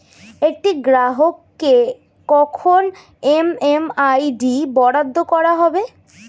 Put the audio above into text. একটি গ্রাহককে কখন এম.এম.আই.ডি বরাদ্দ করা হবে?